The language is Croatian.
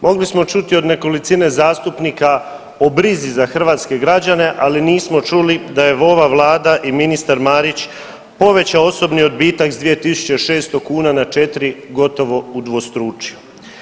Mogli smo čuti od nekolicine zastupnika o brizi za hrvatske građane, ali nismo čuli da je ova vlada i ministar Marić povećao osobni odbitak s 2.600 kuna na 4, gotovo udvostručio.